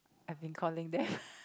I've been calling them